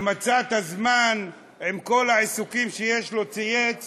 ומצא את הזמן, עם כל העיסוקים שיש לו, צייץ